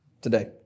today